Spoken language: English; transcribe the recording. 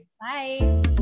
bye